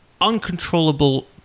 uncontrollable